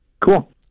Cool